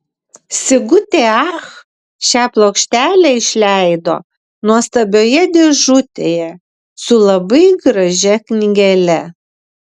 sigutė ach šią plokštelę išleido nuostabioje dėžutėje su labai gražia knygele